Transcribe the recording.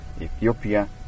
Ethiopia